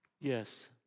Yes